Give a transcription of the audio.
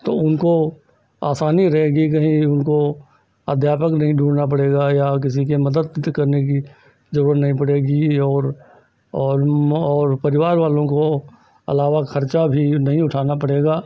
तो उनको आसानी रहेगी कहीं उनको अध्यापक नहीं ढूँढ़ना पड़ेगा या किसी की मदद करने की ज़रूरत नहीं पड़ेगी और और और परिवार वालों को अलावा खर्चा भी नहीं उठाना पड़ेगा